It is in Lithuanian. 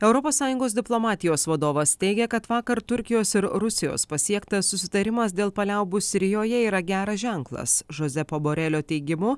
europos sąjungos diplomatijos vadovas teigia kad vakar turkijos ir rusijos pasiektas susitarimas dėl paliaubų sirijoje yra geras ženklas žoze poborelio teigimu